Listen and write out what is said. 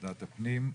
ועדת הפנים,